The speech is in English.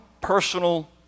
personal